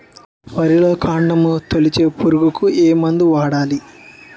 వరిలో కాండము తొలిచే పురుగుకు ఏ మందు వాడాలి?